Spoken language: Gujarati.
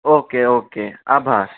ઓકે ઓકે આભાર